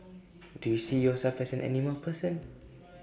do you see yourself as an animal person